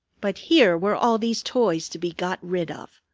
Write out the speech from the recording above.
but here were all these toys to be got rid of.